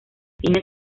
fines